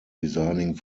designing